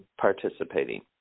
participating